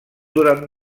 durant